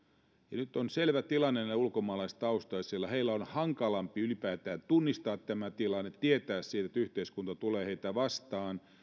ja nyt on selvä tilanne näille ulkomaalaistaustaisille että heille on hankalampi ylipäätään tunnistaa tämä tilanne tietää siitä että yhteiskunta tulee heitä vastaan